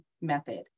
Method